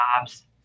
jobs